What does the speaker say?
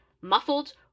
muffled